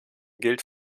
gilt